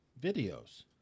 videos